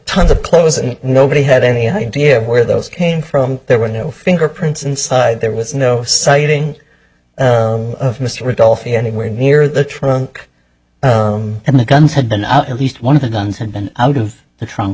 tons of clothes and nobody had any idea where those came from there were no fingerprints inside there was no sighting of mr rudolph anywhere near the trunk and the guns had been out at least one of the guns had been out of the trunk